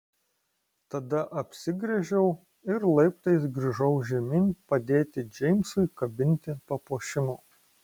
tada apsigręžiau ir laiptais grįžau žemyn padėti džeimsui kabinti papuošimų